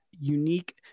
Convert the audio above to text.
unique